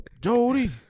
Jody